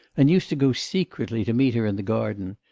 and used to go secretly to meet her in the garden,